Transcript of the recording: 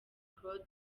claude